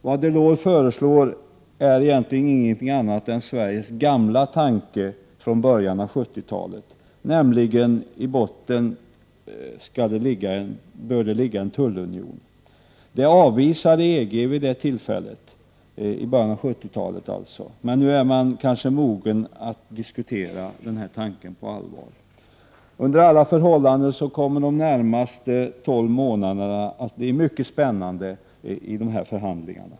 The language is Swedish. Vad Delors föreslår är egentligen ingenting annat än Sveriges gamla tanke från början av 70-talet, nämligen att det i botten bör ligga en tullunion. Detta avvisade EG vid det tillfället, i början av 70-talet. Nu är man kanske mogen att diskutera denna tanke på allvar. Under alla förhållanden kommer de närmaste tolv månaderna att bli mycket spännande i dessa förhandlingar.